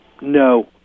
No